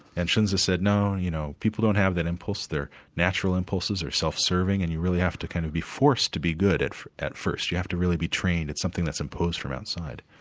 and shinza said, no, you know, people don't have an impulse, their natural impulses are self-serving and you really have to kind of be forced to be good at at first, you have to really be trained. it's something that's imposed from outside.